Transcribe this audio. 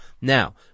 Now